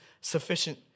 sufficient